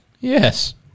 Yes